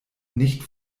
nicht